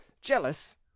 jealous